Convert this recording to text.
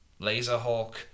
Laserhawk